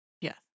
Yes